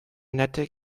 nette